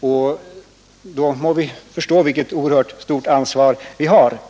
och vi må alltså betänka vilket stort ansvar vi har.